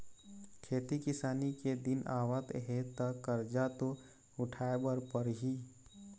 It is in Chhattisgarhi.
खेती किसानी के दिन आवत हे त करजा तो उठाए बर परही